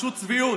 אותן תשתיות,